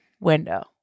window